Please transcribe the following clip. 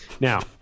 Now